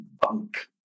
bunk